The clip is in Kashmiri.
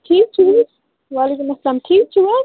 ٹھیٖک چھُو حظ وعلیکُم السلام ٹھیٖک چھُو حظ